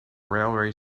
railway